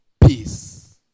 peace